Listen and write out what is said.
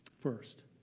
First